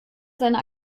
seine